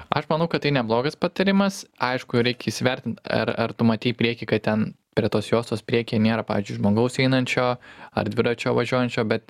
aš manau kad tai neblogas patarimas aišku reikia įsivertinti ar ar tu matei į priekį kad ten prie tos juostos prieky nėra pavyzdžiui žmogaus einančio ar dviračiu važiuojančio bet